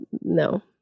no